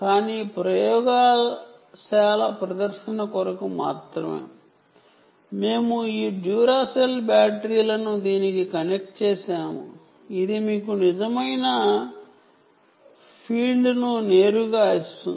కానీ ప్రయోగశాల ప్రదర్శన కొరకు మాత్రమే మేము ఈ డ్యూరాసెల్ బ్యాటరీలను దీనికి కనెక్ట్ చేసాము ఇది మీకు నిజమైన రీడ్ ఫీల్డ్ ను నేరుగా ఇస్తుంది